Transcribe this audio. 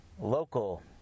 local